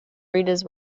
readers